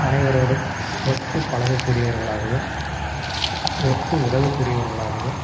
அனைவரோடும் ஒத்து பழகக்கூடியவர்களாகவும் ஒத்து உதவக் கூடியவர்களாகவும்